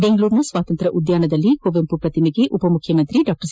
ಬೆಂಗಳೂರಿನ ಸ್ವಾತಂತ್ರ್ಯ ಉದ್ಯಾನದಲ್ಲಿ ಇರುವ ಕುವೆಂಪು ಪ್ರತಿಮೆಗೆ ಉಪಮುಖ್ಯಮಂತ್ರಿ ಡಾ ಸಿ